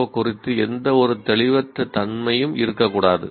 ஓ குறித்து எந்தவொரு தெளிவற்ற தன்மையும் இருக்கக்கூடாது